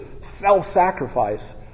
self-sacrifice